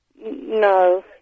No